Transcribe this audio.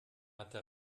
hatte